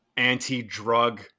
anti-drug